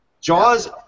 Jaws